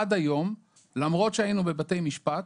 עד היום, למרות שהיינו בבתי משפט,